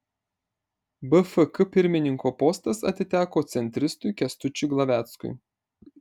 bfk pirmininko postas atiteko centristui kęstučiui glaveckui